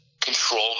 control